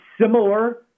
similar